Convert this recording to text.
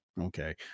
okay